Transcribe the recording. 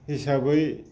हिसाबै